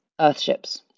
Earthships